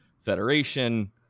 federation